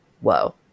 Whoa